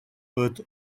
earth